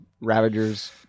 Ravager's